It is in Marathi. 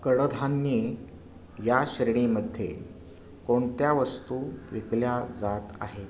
कडधान्ये या श्रेणीमध्ये कोणत्या वस्तू विकल्या जात आहेत